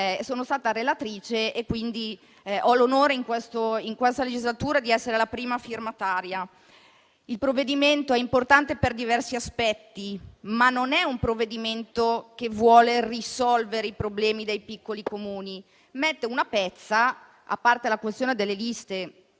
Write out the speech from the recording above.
sono stata relatrice e, quindi, ho l'onore in questo in questa legislatura di essere la prima firmataria. Il provvedimento è importante per diversi aspetti. Non è però un provvedimento che vuole risolvere i problemi dei piccoli Comuni. A parte la questione delle liste,